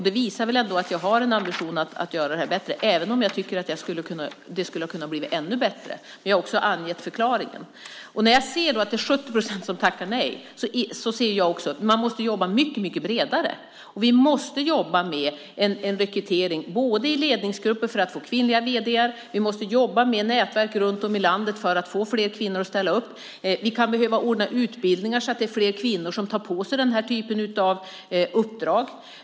Det visar väl ändå att jag har en ambition att göra det här bättre även om jag tycker att det skulle kunna bli ännu bättre. Men jag har också angett förklaringen. När jag ser att det är 70 procent som tackar nej inser jag också att man måste jobba mycket bredare. Vi måste jobba med en rekrytering både i ledningsgrupper för att få kvinnliga vd:ar och med nätverk runt om i landet för att få fler kvinnor att ställa upp. Vi kan behöva ordna utbildningar så att det är fler kvinnor som tar på sig den här typen av uppdrag.